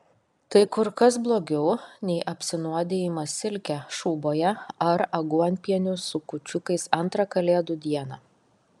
tai kur kas blogiau nei apsinuodijimas silke šūboje ar aguonpieniu su kūčiukais antrą kalėdų dieną